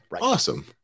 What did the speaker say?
Awesome